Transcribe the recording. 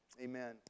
amen